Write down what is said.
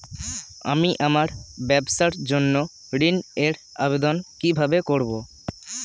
আমি আমার ব্যবসার জন্য ঋণ এর আবেদন কিভাবে করব?